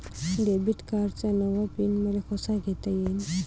Debit कार्डचा नवा PIN मले कसा घेता येईन?